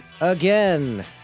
again